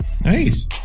nice